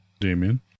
Damien